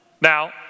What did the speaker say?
Now